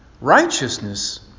Righteousness